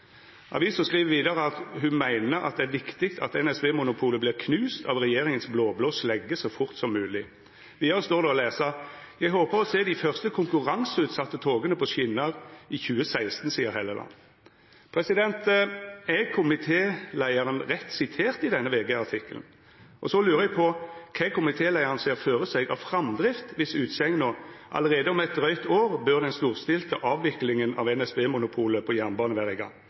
Avisa skriv vidare: «Hun mener det er viktig at NSB-monopolet blir knust av regjeringens blåblå slegge så fort som mulig.» Vidare står det å lesa: «Jeg håper å se de første konkurranseutsatte togene på skinner i 2016, sier Helleland.» Er komitéleiaren rett sitert i denne VG-artikkelen? Så lurer eg på kva komitéleiaren ser føre seg av framdrift når ho kjem med utsegna «allerede om et drøyt år bør den storstilte avviklingen av NSB-monopolet på